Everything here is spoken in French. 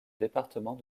département